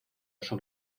oso